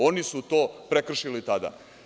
Oni su to prekršili tada.